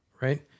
right